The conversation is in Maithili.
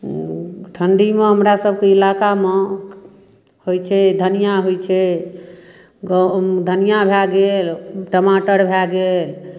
ठण्ढीमे हमरासभके इलाकामे होइत छै धनिआँ होइत छै गहु धनिआँ भए गेल टमाटर भए गेल